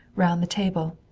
round the table.